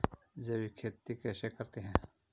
जैविक खेती कैसे करते हैं?